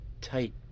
tight